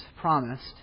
promised